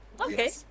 Okay